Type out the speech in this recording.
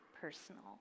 personal